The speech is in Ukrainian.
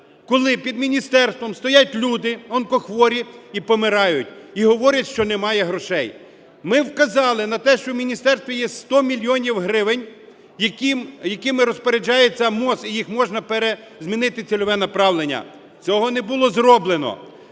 коли під міністерством стоять люди, онкохворі, і помирають – і говорять, що немає грошей. Ми вказали на те, що в міністерстві є 100 мільйонів гривень, якими розпоряджається МОЗ і їх можна пере... змінити цільове направлення. Цього не було зроблено.